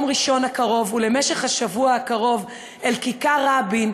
ראשון הקרוב ולמשך השבוע הקרוב אל כיכר רבין,